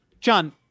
John